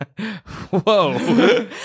whoa